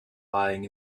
lying